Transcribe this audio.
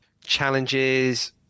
challenges